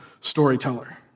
storyteller